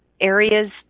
areas